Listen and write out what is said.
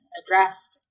addressed